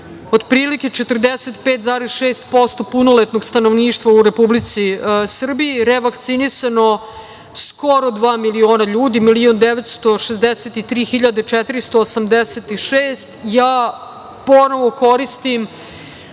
otprilike 45,6% punoletnog stanovništva u Republici Srbiji. Revakcinisano skoro dva miliona ljudi, milion 963 hiljade 486, ja ponovo koristim